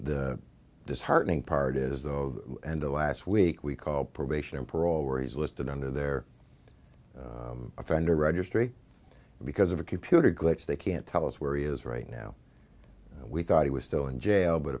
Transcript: the disheartening part is though and the last week we call probation and parole where he's listed under their offender registry because of a computer glitch they can't tell us where he is right now we thought he was still in jail but